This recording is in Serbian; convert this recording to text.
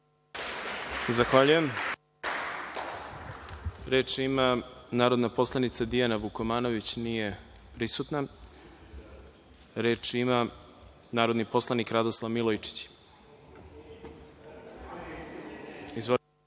Zahvaljujem. Reč ima narodna poslanica Dijana Vukomanović. Nije prisutna. Reč ima narodni poslanik Radoslav Milojičić. Izvolite.